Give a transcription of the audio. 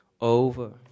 over